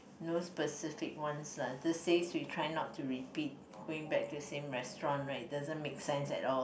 no specific ones lah these days we try not to repeat going back to same restaurant right it doesn't make sense at all